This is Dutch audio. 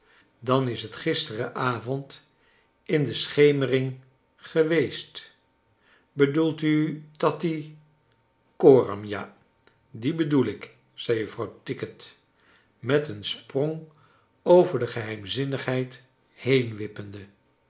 dan is het gisteren avond in de schemering geweest bedoelt u tatty coram ja die bedoel ik zei juffrouw tickit met een sprong over de geheimzinnigheid